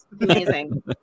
amazing